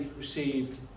received